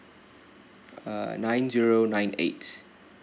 uh nine zero nine eight